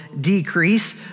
decrease